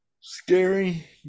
scary